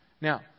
Now